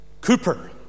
Cooper